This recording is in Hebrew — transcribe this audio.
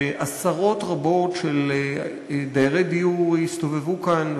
ועשרות רבות של דיירי דיור הסתובבו כאן.